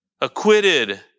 acquitted